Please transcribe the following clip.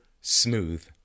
smooth